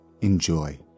Enjoy